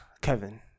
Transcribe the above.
Kevin